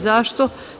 Zašto?